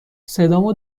صدامو